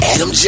Adam